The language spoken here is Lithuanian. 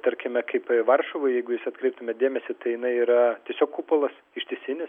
tarkime kaip varšuvoj jeigu jūs atkreiptumėt dėmesį tai jinai yra tiesiog kupolas ištisinis